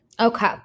Okay